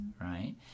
right